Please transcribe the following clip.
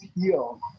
heal